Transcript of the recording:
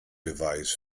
beweis